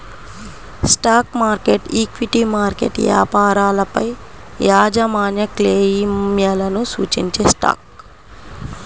stock market, equity market వ్యాపారాలపైయాజమాన్యక్లెయిమ్లను సూచించేస్టాక్